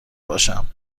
باشم